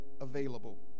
available